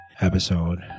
episode